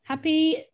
Happy